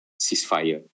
ceasefire